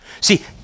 See